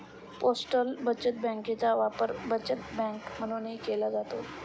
postal बचत बँकेचा वापर बचत बँक म्हणूनही केला जातो